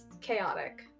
chaotic